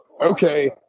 okay